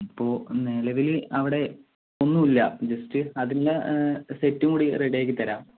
ഇപ്പോൾ നിലവില് അവിടെ ഒന്നൂല്ല ജസ്റ്റ് അതിൻ്റെ സെറ്റും കൂടി റെഡിയാക്കി തരാം